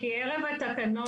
כי אלה התקנות,